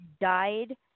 died